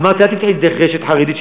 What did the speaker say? אמרתי לה: אל תפתחי דרך רשת חרדית,